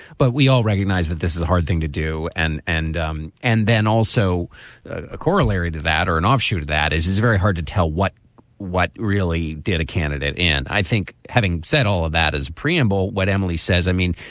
but we all recognize that this is a hard thing to do. and and um and then also a corollary to that or an offshoot of that is it's very hard to tell what what really did a candidate. and i think having said all of that as a preamble, what emily says, i mean,